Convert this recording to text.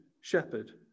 shepherd